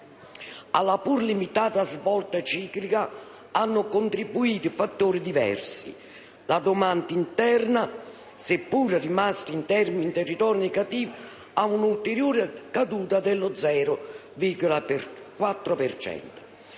Alla pur limitata svolta ciclica hanno contribuito fattori diversi. La domanda interna, seppur rimasta in territorio negativo con un'ulteriore caduta dello 0,4